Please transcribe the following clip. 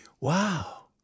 Wow